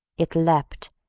it leapt,